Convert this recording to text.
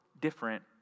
different